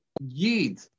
yid